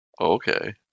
Okay